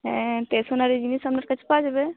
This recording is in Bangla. হ্যাঁ স্টেশনারি জিনিস আপনার কাছে পাওয়া যাবে